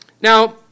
Now